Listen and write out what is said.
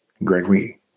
Gregory